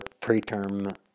preterm